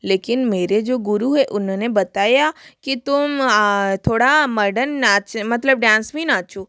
लेकिन मेरे जो गुरू हैं उन्होंने बताया कि तुम थोड़ा मर्डन नाच मतलब डांस भी नाचो